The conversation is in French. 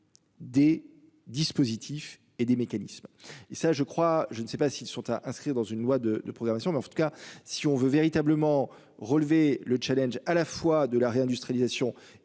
Des dispositifs et des mécanismes et ça je crois je ne sais pas s'ils sont à inscrire dans une loi de programmation mais en tout cas si on veut véritablement relever le challenge à la fois de la réindustralisation